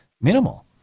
minimal